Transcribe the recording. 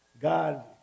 God